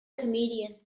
comedian